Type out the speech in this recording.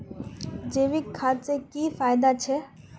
जैविक खाद से की की फायदा छे?